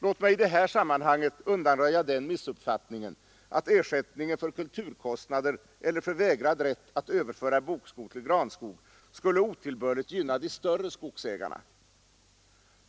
Låt mig i det här sammanhanget undanröja den missuppfattningen att ersättningen för kulturkostnader eller för vägrad rätt att överföra bokskog till granskog skulle otillbörligt gynna de större skogsägarna.